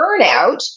Burnout